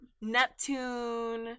Neptune